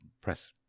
press